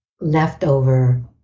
leftover